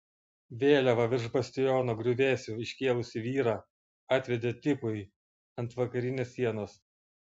vėliavą virš bastiono griuvėsių iškėlusį vyrą atvedė tipui ant vakarinės sienos